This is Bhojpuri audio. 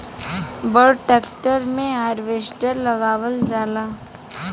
बड़ ट्रेक्टर मे हार्वेस्टर लगावल जाला